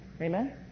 Amen